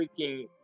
freaking